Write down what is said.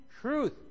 truth